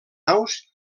aus